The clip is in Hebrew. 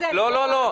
לא, לא, לא.